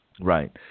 Right